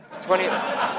twenty